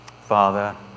Father